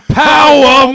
power